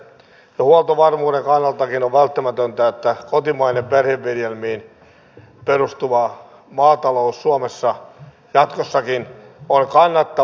jo huoltovarmuuden kannaltakin on välttämätöntä että kotimainen perheviljelmiin perustuva maatalous suomessa jatkossakin on kannattavaa